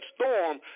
storm